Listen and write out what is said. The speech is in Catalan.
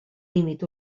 límit